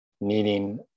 needing